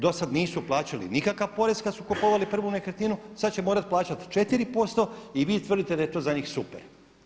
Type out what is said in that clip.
Dosad nisu plaćali nikakav porez kad su kupovali prvu nekretninu sad će morati plaćati 4% i vi tvrdite da je to za njih super.